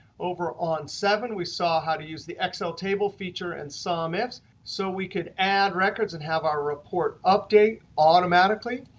over on seven we saw how to use the excel table feature and sumifs. so we could add records and have our report update automatically.